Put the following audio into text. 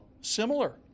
Similar